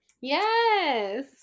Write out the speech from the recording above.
yes